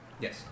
Yes